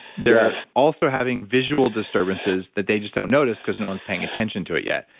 they're also having visual disturbances that they just don't notice because no one's paying attention to it yet.